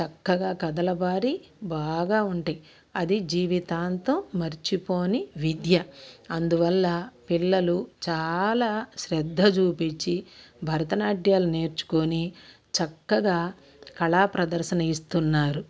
చక్కగా కదలబారి బాగా ఉంటాయి అదే జీవితాంతం మర్చిపోని విద్య అందువల్ల పిల్లలు చాలా శ్రద్ధ చూపించి భరతనాట్యాన్ని నేర్చుకుని చక్కగా కళా ప్రదర్శన ఇస్తున్నారు